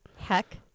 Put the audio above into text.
heck